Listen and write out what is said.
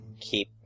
keep